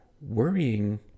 worrying